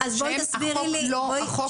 שהחוק לא מדבר עליהם.